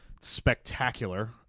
Spectacular